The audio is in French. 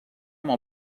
mon